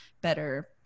better